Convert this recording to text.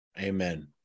Amen